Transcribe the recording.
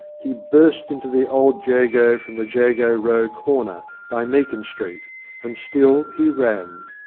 he burst into the old jago from the jago row corner, by meakin street and still he ran.